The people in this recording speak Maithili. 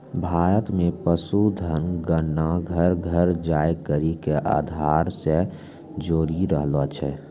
भारत मे पशुधन गणना घर घर जाय करि के आधार से जोरी रहलो छै